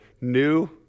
new